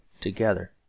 together